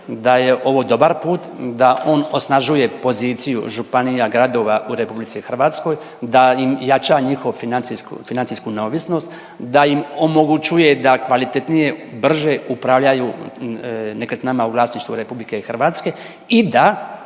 da je ovo dobar put, da on osnažuje poziciju županija, gradova u RH, da im jača njihov financijsku neovisnost, da im omogućuje da kvalitetnije, brže upravljaju nekretninama u vlasništvu RH i da